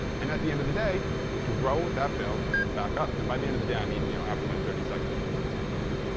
and at the end of the day throw that build back up. and by the end of the day i mean you know after, like, thirty seconds once it's done building.